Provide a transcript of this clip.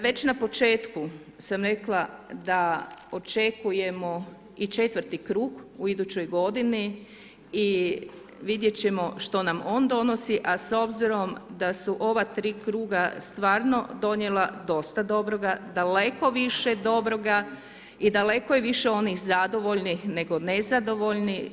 Već na početku sam rekla da očekujemo i četvrti krug u idućoj godini i vidjeti ćemo što nam on donosi, a s obzirom da su ova tri kruga stvarno donijela dosta dobroga, daleko više dobroga i daleko je više onih zadovoljnih, nego nezadovoljnih.